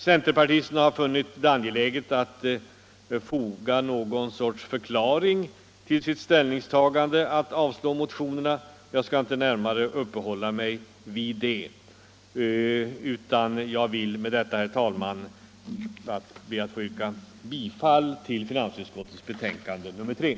Centerpartisterna har funnit det angeläget att foga någon sorts förklaring till sitt ställningstagande till utskottets förslag att riksdagen skall avslå motionen. Jag skall inte närmare uppehålla mig vid förklaringen, utan jag vill med detta, herr talman, yrka bifall till finansutskottets hemställan i betänkandet nr 3.